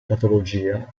patologia